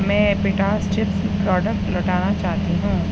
میں اپیٹاز chips product لوٹانا چاہتی ہوں